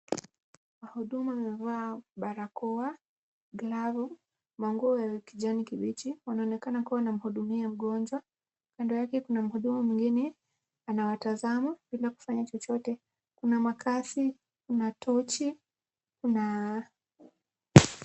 Wahuduma wamevaa barakoa, glavu manguo ya kijani kibichi. Wanaonekana kuwa wanahudumia mgonjwa. Kando yake kuna mhuduma mwingine anawatazama bila kufanya chochote. Kuna makasi, kuna tochi.